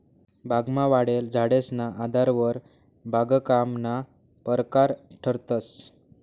बागमा वाढेल झाडेसना आधारवर बागकामना परकार ठरतंस